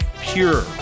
pure